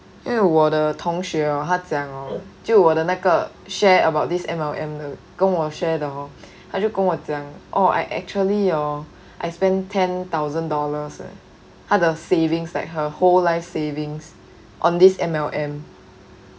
因为我的同学 hor 他讲 orh 就我的那个 share about this M_L_M 的跟我 share 的 hor 他就跟我讲 orh I actually orh I spend ten thousand dollars eh 他的 savings like her whole life savings on this M_L_M